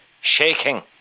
shaking